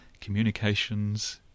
communications